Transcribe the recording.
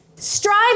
Strive